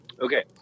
okay